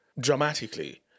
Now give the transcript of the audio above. dramatically